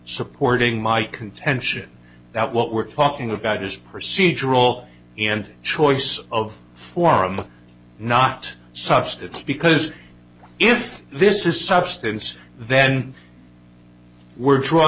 supporting my contention that what we're talking about is procedural and choice of forum not substance because if this is substance then we're draw